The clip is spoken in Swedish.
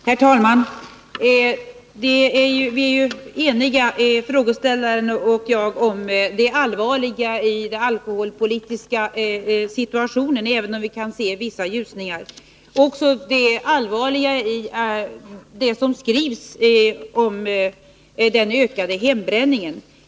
Herr talman! Frågeställaren och jag är eniga om det allvarliga i den alkoholpolitiska situationen, även om vi kan se vissa ljusningar. Vi är också eniga om det allvarliga med den ökade hembränningen.